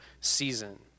season